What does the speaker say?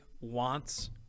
wants